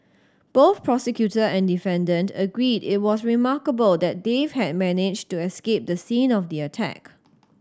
both prosecutor and defendant agreed it was remarkable that Dave had managed to escape the scene of the attack